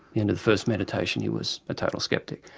the end of the first meditation he was a total sceptic,